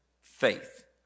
faith